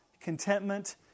contentment